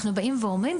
אנחנו באים ואומרים,